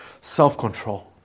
self-control